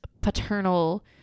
paternal